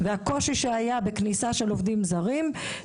עם הקושי שהיה בכניסה של עובדים זרים,